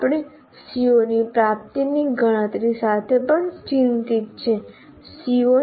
આપણે CO ની પ્રાપ્તિની ગણતરી સાથે પણ ચિંતિત છીએ